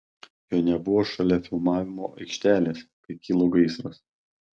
jo nebuvo šalia filmavimo aikštelės kai kilo gaisras